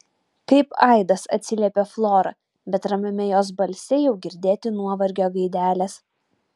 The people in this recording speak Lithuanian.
kaip aidas atsiliepia flora bet ramiame jos balse jau girdėti nuovargio gaidelės